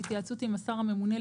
בהתייעצות עם השר הממונה,